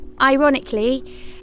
Ironically